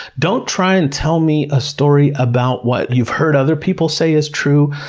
don't try and tell me a story about what you've heard other people say is true.